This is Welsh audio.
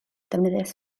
defnyddiais